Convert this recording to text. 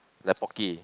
like Pocky